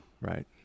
right